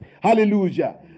Hallelujah